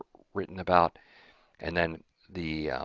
written about and then the